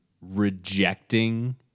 rejecting